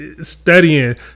studying